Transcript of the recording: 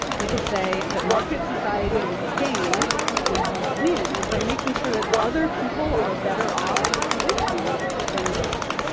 we could say that market society is a game where you win by making sure that other people are better off with you than without you.